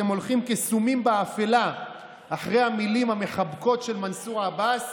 אתם הולכים כסומים באפלה אחרי המילים המחבקות של מנסור עבאס,